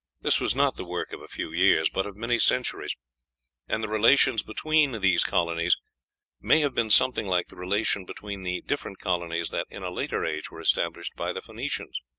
this was not the work of a few years, but of many centuries and the relations between these colonies may have been something like the relation between the different colonies that in a later age were established by the phoenicians,